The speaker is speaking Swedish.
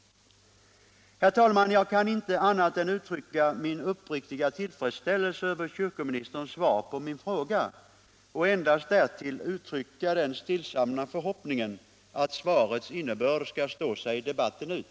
Herr talman! Jag kan inte annat än uttrycka min uppriktiga tillfredsställelse över kyrkoministerns svar på min fråga och därutöver endast uttala den stillsamma förhoppningen att svarets innebörd skall stå sig debatten ut.